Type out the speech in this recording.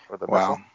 Wow